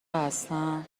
هستم